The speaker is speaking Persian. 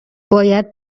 باید